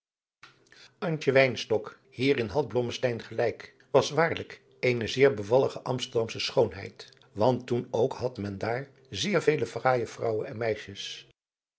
hierin had blommesteyn gelijk was waarlijk eene zeer bevallige amsterdamsche schoonheid want toen ook had men daar zeer vele fraaije vrouwen en meisjes